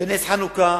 ונס חנוכה